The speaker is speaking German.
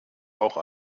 auch